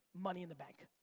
money in the bank.